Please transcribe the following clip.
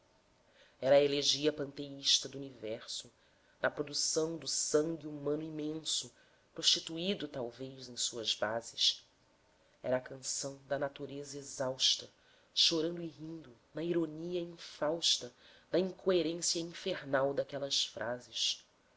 a elegia panteísta do universo na produção do sangue humano imenso prostituído talvez em suas bases era a canção da natureza exausta chorando e rindo na ironia infausta da incoerência infernal daquelas frases